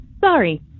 Sorry